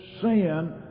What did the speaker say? sin